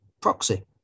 proxy